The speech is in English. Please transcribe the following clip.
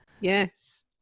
Yes